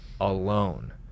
alone